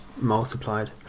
multiplied